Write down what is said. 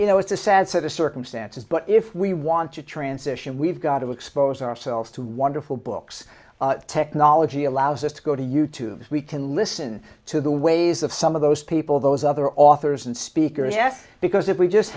you know it's a sad set of circumstances but if we want to transition we've got to expose ourselves to wonderful books technology allows us to go to you tube we can listen to the ways of some of those people those other authors and speakers yes because if we just